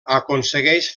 aconsegueix